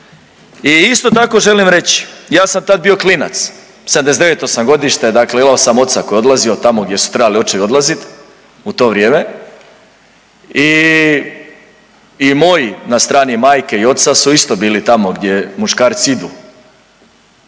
I isto tako želim reći ja sam tad bio klinac, '79. sam godište. Dakle, imao sam oca koji je odlazio tamo gdje su trebali očevi odlazit u to vrijeme i moji na strani majke i oca su isto bili gdje muškarci idu